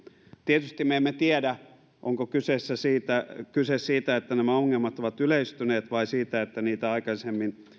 tietysti me emme tiedä onko kyse siitä että nämä ongelmat ovat yleistyneet vai siitä että niitä